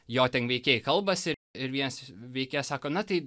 jo ten veikėjai kalbasi ir vienas veikėjas sako na tai